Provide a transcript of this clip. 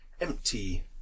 empty